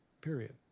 period